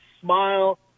smile